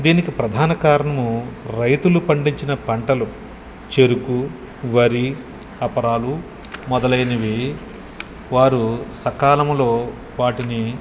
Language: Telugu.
దీనికి ప్రధాన కారణము రైతులు పండించిన పంటలు చెరుకు వరి అపరాలు మొదలైనవి వారు సకాలంలో వాటిని